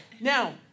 Now